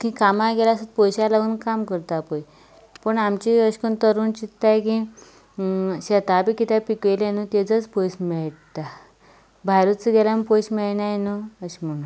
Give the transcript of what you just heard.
आता खंय कामाक गेल्यार सुदां पयशांक लागून काम करता पळय पूण आमचें अशें करून तरूण चिंतताय की शेतां बी कितेंय पिकयलें न्हय ताजोच पयसो मेळटा भायर वचूंक गेल्यार पयसो मेळना न्हय अशें म्हणून